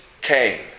came